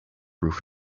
roof